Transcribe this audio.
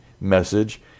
message